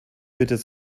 bitte